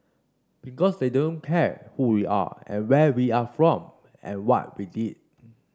because they don't care who we are and where we are from and what we did